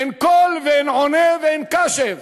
אין קול ואין עונה ואין קשב.